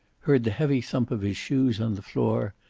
heard the heavy thump of his shoes on the floor,